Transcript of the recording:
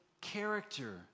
character